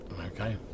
Okay